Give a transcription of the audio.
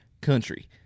country